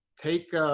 Take